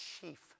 chief